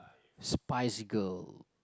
spice girl